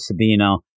Sabino